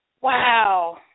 Wow